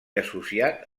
associat